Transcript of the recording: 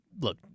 look